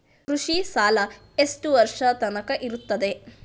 ಕೃಷಿ ಸಾಲ ಎಷ್ಟು ವರ್ಷ ತನಕ ಇರುತ್ತದೆ?